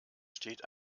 steht